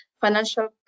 financial